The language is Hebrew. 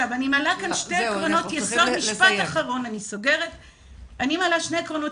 אני מעלה כאן שני עקרונות יסוד משפט אחרון: שני עקרונות